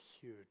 huge